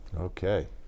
Okay